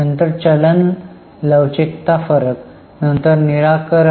नंतर चलन लवचिकता फरक नंतर निराकरण